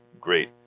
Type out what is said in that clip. great